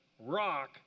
rock